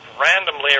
randomly